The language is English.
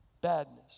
badness